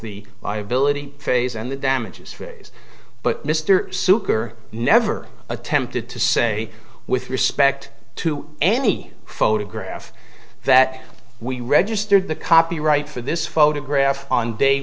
the liability phase and the damages phase but mr zucker never attempted to say with respect to any photograph that we registered the copyright for this photograph on day